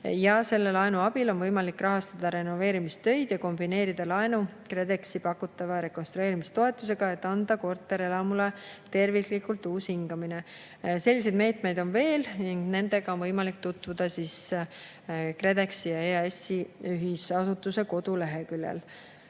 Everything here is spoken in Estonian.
Selle laenu abil on võimalik rahastada renoveerimistöid ja kombineerida laenu KredExi pakutava rekonstrueerimistoetusega, et anda korterelamule tervislikult uus hingamine. Selliseid meetmeid on veel ning nendega on võimalik tutvuda KredExi ja EAS-i ühisasutuse koduleheküljel.